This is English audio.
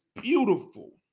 beautiful